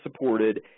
supported